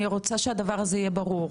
אני רוצה שהדבר הזה יהיה ברור,